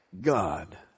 God